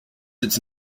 its